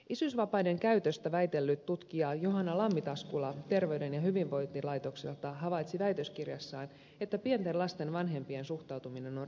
isyysvapaiden käytöstä väitellyt tutkija johanna lammi taskula terveyden ja hyvinvoinnin laitokselta havaitsi väitöskirjassaan että pienten lasten vanhempien suhtautuminen on ristiriitaista